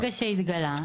היה ונגמר.